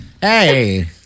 Hey